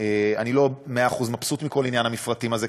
אני לא מבסוט במאה אחוז מכל עניין המפרטים הזה,